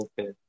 Okay